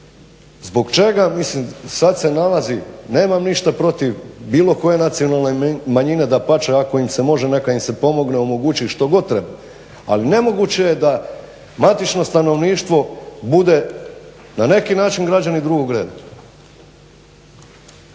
Zbog čega mislim, sad se nalazi, nemam ništa protiv bilo koje nacionalne manjine dapače ako im se može, neka im se pomogne. Omogući što god treba. Ali nemoguće je da matično stanovništvo bude na neki način građani drugog reda.